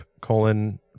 colon